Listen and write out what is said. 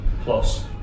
Plus